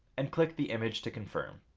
and click the image to confirm.